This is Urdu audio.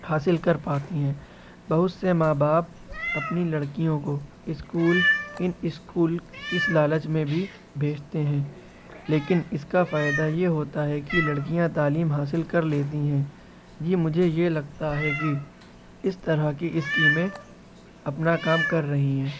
حاصل کر پاتی ہیں بہت سے ماں باپ اپنی لڑکیوں کو اسکول ان اسکول اس لالچ میں بھی بھیجتے ہیں لیکن اس کا فائدہ یہ ہوتا ہے کہ لڑکیاں تعلیم حاصل کر لیتی ہیں یہ مجھے یہ لگتا ہے کہ اس طرح کی اسکیمیں اپنا کام کر رہی ہیں